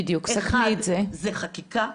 אחד, זה חקיקה.